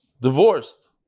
divorced